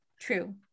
True